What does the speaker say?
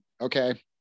okay